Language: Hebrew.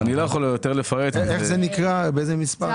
אני מצפה לשכר שמשקף את המטרה.